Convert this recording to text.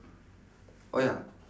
oh ya